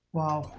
while